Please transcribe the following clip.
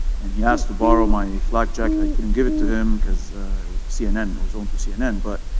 and he asked to borrow my flak jacket, i couldn't give it to him cause cnn, it was own to cnn. but,